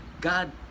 God